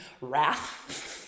wrath